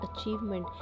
achievement